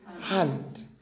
hand